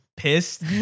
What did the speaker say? Pissed